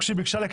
ז"ל,